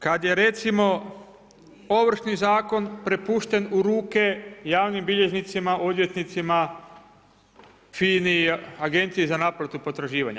Kad je recimo Ovršni zakon prepušten u ruke javnim bilježnicima, odvjetnicima, FINA-i, Agenciji za naplatu potraživanja.